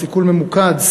"סיכול ממוקד",